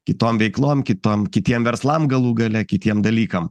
kitom veiklom kitom kitiem verslam galų gale kitiem dalykam